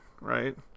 right